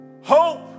Hope